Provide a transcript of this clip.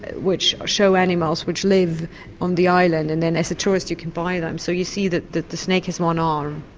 which show animals which live on the island and then as a tourist you can buy them, so you see the the snake has one arm.